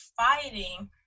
fighting